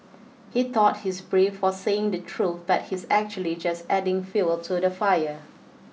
he thought he's brave for saying the truth but he's actually just adding fuel to the fire